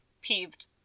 peeved